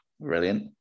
Brilliant